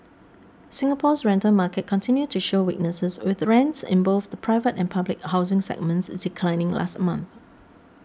Singapore's rental market continued to show weakness with rents in both the private and public housing segments declining last month